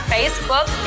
Facebook